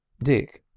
dick,